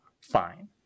Fine